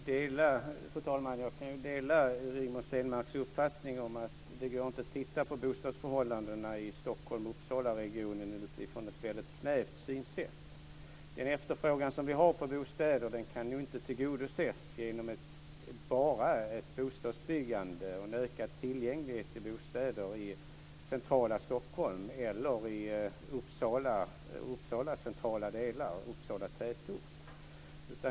Fru talman! Jag kan dela Rigmor Stenmarks uppfattning om att det inte går att titta på bostadsförhållandena i Stockholms och Uppsalaregionen utifrån ett väldigt snävt synsätt. Den efterfrågan som vi har på bostäder kan inte tillgodoses genom bara bostadsbyggande och en ökad tillgång till bostäder i centrala Stockholm eller i Uppsala tätort.